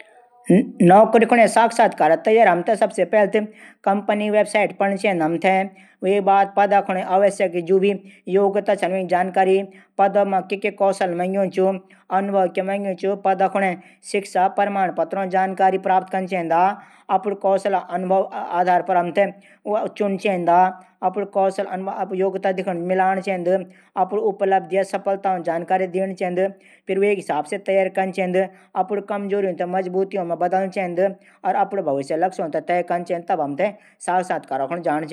नौकरी साक्षात्कार तैयरी हमथै सबसे पैली हमथे कम्पनी वैवसाइट पढ चैंद। वे बाद पद कुने आवश्यक जानकारी जू भी छन पद मा क्या क्या कौशल मंग्यू च। अनुभव क्या मंग्यू च। शिक्षा प्रमाण पत्रो जानकारी अपडू कौशल अनुभव आधार पर कम्पनी चुन चैंद चा। अपडी योग्यता मिलाण चैंद। अपड उपलब्धि और अनुभवों जानकारी दीण चैंण। फिर वेक हिसाब से तैयारी कन चैंद। अपडी कमजोरियों थै अपडी मजबूती मा बदलण चैंद।